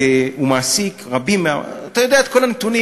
הוא מעסיק רבים מן, אתה יודע את כל הנתונים.